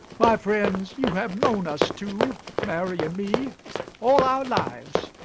my friends, you have known us two mary and me all our lives,